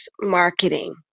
marketing